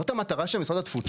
זו המטרה של משרד התפוצות?